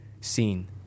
seen